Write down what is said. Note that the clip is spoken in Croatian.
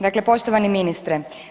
Dakle, poštovani ministre.